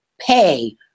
pay